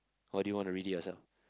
or do you want to read it yourself